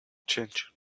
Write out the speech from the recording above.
change